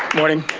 morning,